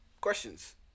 questions